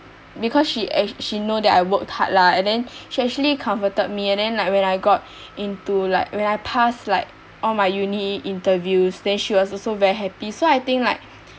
because she act~ she know that I worked hard lah and then she actually comforted me and then like when I got into like when I passed like all my uni interviews then she was also very happy so I think like